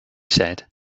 said